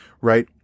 right